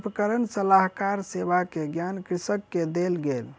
उपकरण सलाहकार सेवा के ज्ञान कृषक के देल गेल